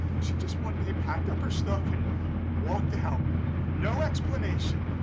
she just one day packed up her stuff and walked out, no explanation.